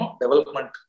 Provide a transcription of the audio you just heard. development